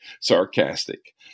sarcastic